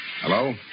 Hello